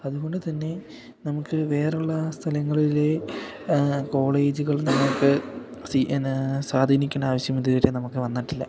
അതുകൊണ്ടു തന്നെ നമുക്കു വേറെയുള്ള സ്ഥലങ്ങളിലെ കോളേജുകൾ നമുക്ക് സ്വാധീനിക്കേണ്ട ആവശ്യം ഇതുവരെ നമുക്കു വന്നിട്ടില്ല